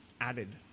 added